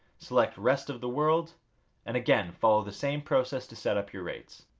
select rest of the world and again follow the same process to set up your rates.